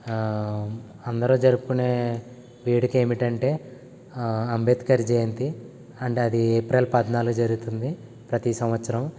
అందరు జరుపుకునే వేడుక ఏమిటంటే అంబేద్కర్ జయంతి అండ్ అది ఏప్రిల్ పద్నాలుగు జరుగుతుంది ప్రతి సంవత్సరం